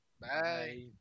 Bye